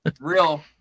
real